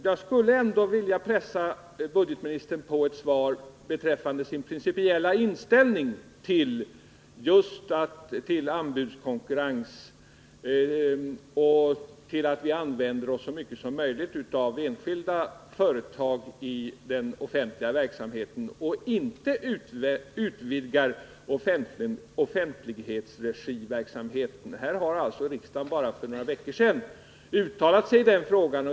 Jag skulle ändå vilja pressa budgetministern på ett svar beträffande hans principiella inställning till just anbudskonkurrens och till att vi använder oss så mycket som möjligt av enskilda företag i den offentliga verksamheten och inte utvidgar parkeringsverksamheten i offentlig regi. Riksdagen har ju för bara några veckor sedan uttalat sig i frågan.